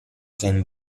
can